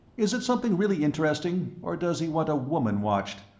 is it something really interesting, or does he want a woman watched?